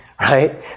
right